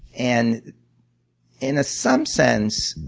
and in some sense,